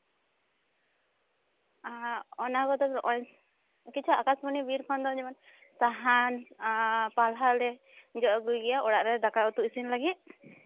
ᱚᱱᱟ ᱠᱚᱫᱚ ᱱᱚᱜᱼᱚᱭ ᱠᱤᱪᱷᱩ ᱟᱠᱟᱥᱢᱚᱱᱤ ᱵᱤᱨ ᱠᱷᱚᱱ ᱫᱚ ᱡᱮᱢᱚᱱ ᱥᱟᱦᱟᱱ ᱟᱨ ᱯᱟᱞᱦᱟ ᱞᱮ ᱡᱚᱜ ᱟᱹᱜᱩᱭ ᱜᱮᱭᱟ ᱚᱲᱟᱜ ᱨᱮ ᱫᱟᱠᱟ ᱩᱛᱩ ᱤᱥᱤᱱ ᱞᱟᱹᱜᱤᱫ